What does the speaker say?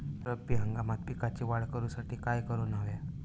रब्बी हंगामात पिकांची वाढ करूसाठी काय करून हव्या?